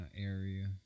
area